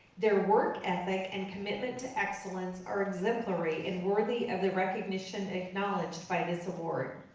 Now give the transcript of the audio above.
their work ethic and commitment to excellence are exemplary and worthy of the recognition acknowledged by this award.